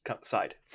side